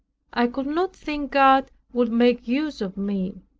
i could not think god would make use of me